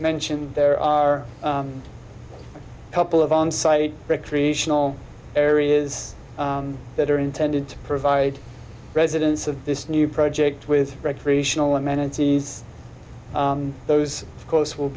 mentioned there are a couple of onsite recreational areas that are intended to provide residents of this new project with recreational amenities those of course will